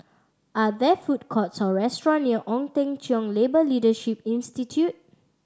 are there food courts or restaurant near Ong Teng Cheong Labour Leadership Institute